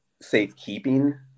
safekeeping